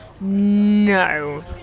no